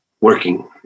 working